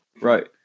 Right